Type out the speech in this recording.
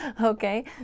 okay